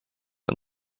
and